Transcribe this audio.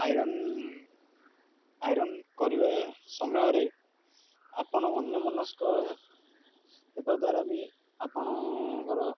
iron iron କରିବା ସମୟରେ ଆପଣ ଅନ୍ୟମନସ୍କ ହେବା ଦ୍ୱାରା ବି ଆପଣଙ୍କର